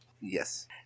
Yes